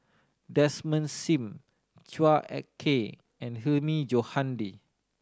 Desmond Sim Chua Ek Kay and Hilmi Johandi